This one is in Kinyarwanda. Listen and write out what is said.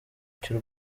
cy’u